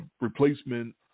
replacement